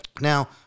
Now